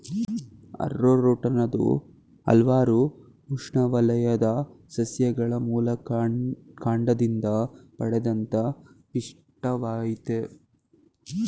arrowroot ಅನ್ನೋದು ಹಲ್ವಾರು ಉಷ್ಣವಲಯದ ಸಸ್ಯಗಳ ಮೂಲಕಾಂಡದಿಂದ ಪಡೆದಂತ ಪಿಷ್ಟವಾಗಯ್ತೆ